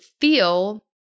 feel